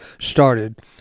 started